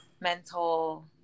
mental